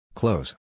Close